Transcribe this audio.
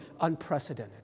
unprecedented